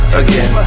again